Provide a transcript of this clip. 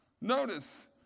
Notice